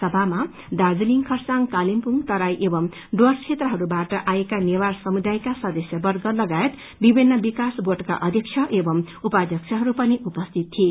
सभामा दार्जासिङ खरसाङ कालेषुङ तराई एव डुर्वस क्षेत्रहरूबाट आएका नेवार समुदायका सदस्यर्वग लगायत विभिन्न विकास बोर्डका अध्यक्ष एंव उपाध्यक्षहरू पनि उपस्थित थिए